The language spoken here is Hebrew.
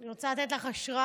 אני רוצה לתת לך השראה